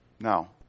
Now